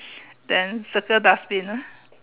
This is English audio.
then circle dustbin ah